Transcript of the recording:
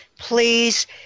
Please